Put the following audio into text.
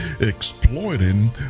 exploiting